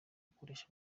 gukoresha